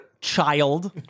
Child